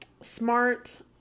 smart